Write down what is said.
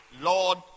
Lord